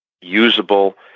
usable